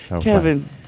Kevin